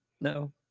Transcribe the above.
No